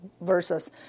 versus